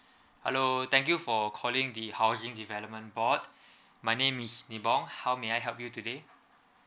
hello thank you for calling the housing development board my name is nibong how may I help you today